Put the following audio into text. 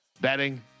betting